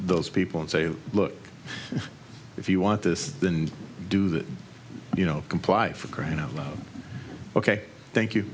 those people and say look if you want this than do that you know comply for crying out loud ok thank you